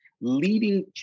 leading